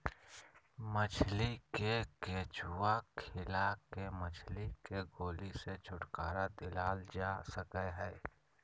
मछली के केंचुआ खिला के मछली के गोली से छुटकारा दिलाल जा सकई हई